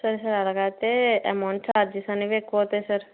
sir sir అలాగైతే amount charges అనేవి ఎక్కువ అవుతాయి సార్